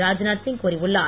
ராத்நாத் சிங் கூறியுள்ளார்